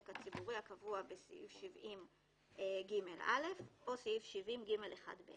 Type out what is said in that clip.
הציבורי הקבוע בסעיף 70ג(א) או סעיף 70ג(1)(ב);